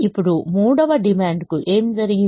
ఇప్పుడు మూడవ డిమాండ్ కు ఏమి జరిగింది